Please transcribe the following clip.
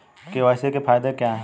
KYC के फायदे क्या है?